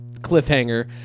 cliffhanger